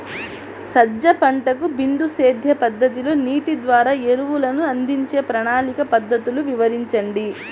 సజ్జ పంటకు బిందు సేద్య పద్ధతిలో నీటి ద్వారా ఎరువులను అందించే ప్రణాళిక పద్ధతులు వివరించండి?